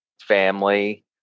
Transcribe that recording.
family